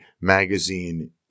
magazine